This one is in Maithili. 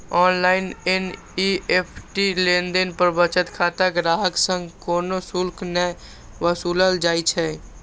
ऑनलाइन एन.ई.एफ.टी लेनदेन पर बचत खाता ग्राहक सं कोनो शुल्क नै वसूलल जाइ छै